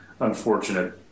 unfortunate